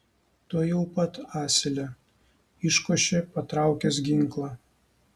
tuojau pat asile iškošė patraukęs ginklą